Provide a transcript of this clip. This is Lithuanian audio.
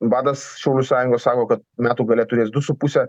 vadas šaulių sąjungos sako kad metų gale turės du su puse